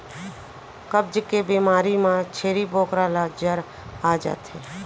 कब्ज के बेमारी म छेरी बोकरा ल जर आ जाथे